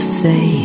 say